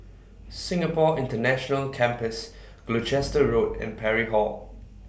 Singapore International Campus Gloucester Road and Parry Hall